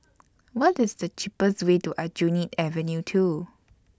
What IS The cheapest Way to Aljunied Avenue two